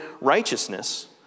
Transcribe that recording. righteousness